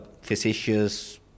facetious